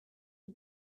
out